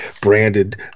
branded